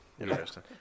Interesting